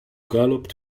galloped